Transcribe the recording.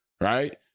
right